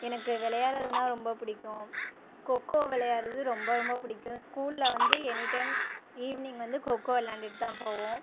எனக்கு விளையாட்றதுனால் ரொம்ப பிடிக்கும் கொக்கோ விளையாடுறது ரொம்ப ரொம்ப பிடிக்கும் ஸ்கூல்ல வந்து எனி டைம் ஈவ்னிங் வந்து கொக்கோ விளையாண்டுட்டு தான் போவோம்